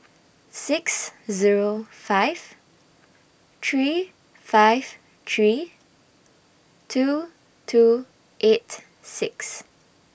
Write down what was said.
six Zero five three five three two two eight six